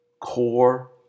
Core